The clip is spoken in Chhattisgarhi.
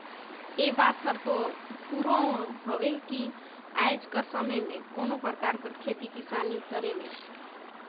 ए बात हर दो फुरों हवे कि आएज कर समे में कोनो परकार कर खेती किसानी करे में